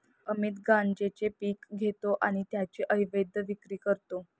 अमित गांजेचे पीक घेतो आणि त्याची अवैध विक्री करतो